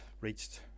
reached